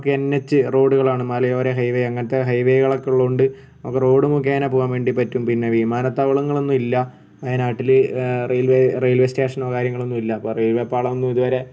നമുക്ക് N H റോഡുകളാണ് മലയോര ഹൈവേ അങ്ങനത്തെ ഹൈവേകളൊക്കെ ഉള്ളതുകൊണ്ട് നമുക്ക് റോഡ് മുഖേന പോവാൻ വേണ്ടി പറ്റും പിന്നെ വിമാനത്താവളങ്ങളൊന്നും ഇല്ല വയനാട്ടിൽ റെയിൽവേ റെയിൽവേ സ്റ്റേഷനോ കാര്യങ്ങളൊന്നുമില്ല ഇപ്പം റെയിൽവേ പാളം ഒന്നും ഇത് വരെ